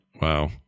Wow